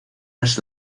las